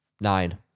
nine